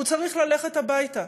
הוא צריך ללכת הביתה,